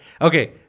Okay